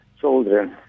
children